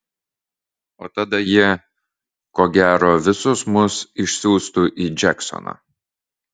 o tada jie ko gero visus mus išsiųstų į džeksoną